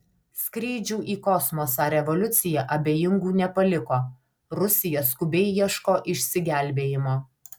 skrydžių į kosmosą revoliucija abejingų nepaliko rusija skubiai ieško išsigelbėjimo